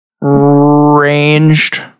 ranged